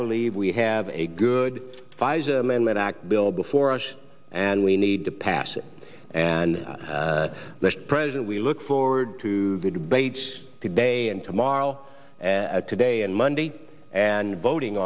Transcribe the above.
believe we have a good five amendment act bill before us and we need to pass it and the president we look forward to the debates today and tomorrow as today and monday and voting